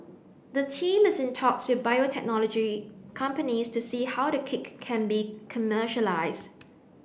the team is in talks with biotechnology companies to see how the kit can be commercialised